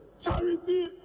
charity